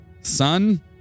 son